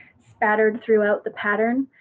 spattered throughout the pattern.